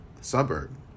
suburb